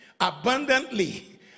abundantly